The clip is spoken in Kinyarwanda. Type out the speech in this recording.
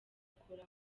akora